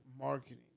marketing